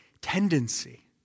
tendency